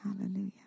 Hallelujah